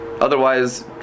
Otherwise